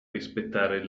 rispettare